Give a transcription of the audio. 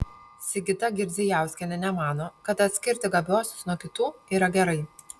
sigita girdzijauskienė nemano kad atskirti gabiuosius nuo kitų yra gerai